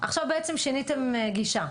עכשיו בעצם שיניתם גישה.